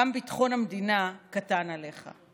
גם ביטחון המדינה קטן עליך,